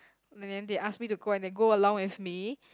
and then they ask me to go and they go along with me